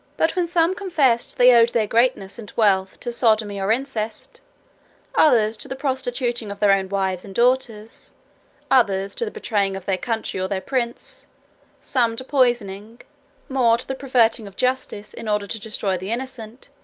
but when some confessed they owed their greatness and wealth to sodomy, or incest others, to the prostituting of their own wives and daughters others, to the betraying of their country or their prince some, to poisoning more to the perverting of justice, in order to destroy the innocent,